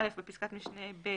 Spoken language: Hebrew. בפסקת משנה (ב),